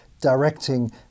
directing